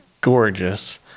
gorgeous